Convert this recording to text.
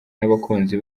n’abakunzi